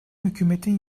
hükümetin